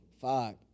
Fuck